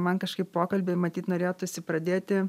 man kažkaip pokalbį matyt norėtųsi pradėti